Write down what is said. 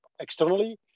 externally